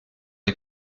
est